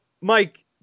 Mike